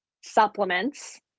supplements